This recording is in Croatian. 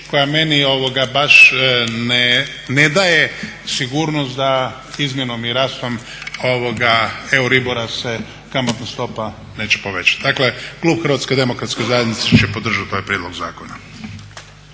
koja meni baš ne daje sigurnost da izmjenom i rastom EURIBORA se kamatna stopa neće povećati. Dakle, klub Hrvatske demokratske zajednice će podržati ovaj prijedlog zakona.